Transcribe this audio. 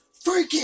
freaking